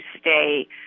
stay